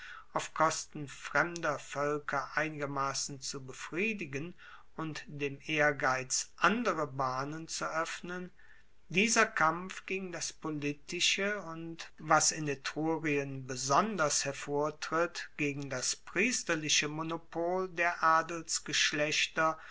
auf kosten fremder voelker einigermassen zu befriedigen und dem ehrgeiz andere bahnen zu oeffnen dieser kampf gegen das politische und was in etrurien besonders hervortritt gegen das priesterliche monopol der